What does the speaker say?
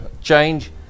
change